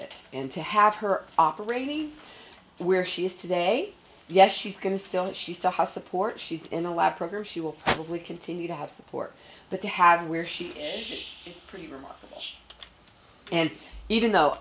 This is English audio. it and to have her operating where she is today yes she's going to still she somehow support she's in a lab program she will probably continue to have support but to have where she is pretty much and even though